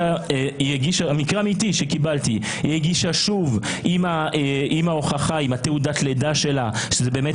היא שוב הגישה עם תעודת הלידה שלה שמראה שזו באמת